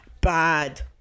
Bad